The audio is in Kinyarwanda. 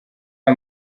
aya